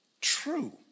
true